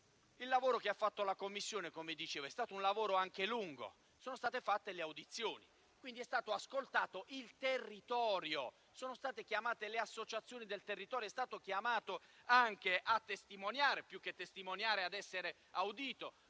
Il lavoro che ha svolto la Commissione - come dicevo - è stato lungo. Sono state svolte delle audizioni, quindi è stato ascoltato il territorio; sono state chiamate le associazioni del territorio ed è stato chiamato a testimoniare (più che a testimoniare, ad essere audito)